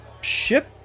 ship